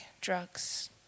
drugs